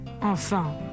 Enfin